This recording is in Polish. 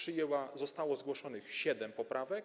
Zostało zgłoszonych 7 poprawek.